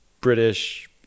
British